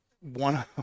One